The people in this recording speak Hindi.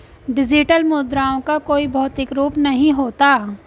डिजिटल मुद्राओं का कोई भौतिक रूप नहीं होता